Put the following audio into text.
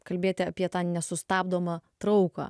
kalbėti apie tą nesustabdomą trauką